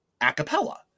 acapella